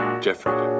Jeffrey